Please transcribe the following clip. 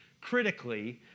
critically